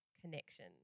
connection